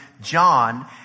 John